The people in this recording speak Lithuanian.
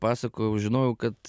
pasakojau žinojau kad